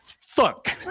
fuck